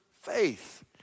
faith